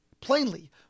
Plainly